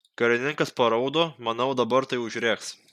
karininkas paraudo manau dabar tai užrėks